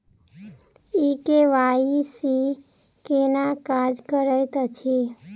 ई KYC केना काज करैत अछि?